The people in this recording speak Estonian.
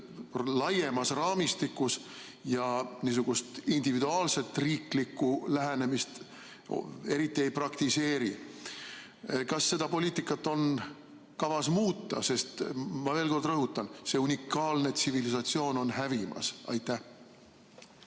laiemas raamistikus ja niisugust individuaalset riiklikku lähenemist eriti ei praktiseeri. Kas seda poliitikat on kavas muuta? Ma veel kord rõhutan, et see unikaalne tsivilisatsioon on hävimas. Aitäh!